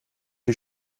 die